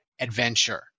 adventure